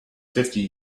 fifty